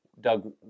Doug